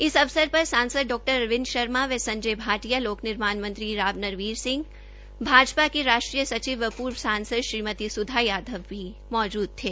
इस अवसर पर सांसद डॉ अरविंद शर्मा व संजय भाटिया लोक निर्माण मंत्री राव नरबीर सिंह भाजपा के राष्ट्रीय सचिव व पूर्व सांसद श्रीमती स्धा यादव भी मौजूद थे